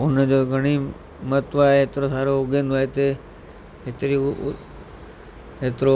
हुन जो घणेई महत्व आहे हेतिरो सारो उगंदो आहे हिते हेतिरी उहो हेतिरो